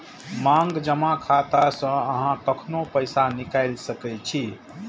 मांग जमा खाता सं अहां कखनो पैसा निकालि सकै छी